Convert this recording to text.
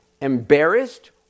embarrassed